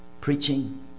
preaching